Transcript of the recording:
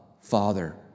Father